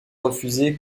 refuser